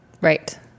Right